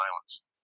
violence